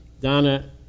Donna